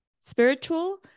spiritual